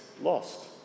lost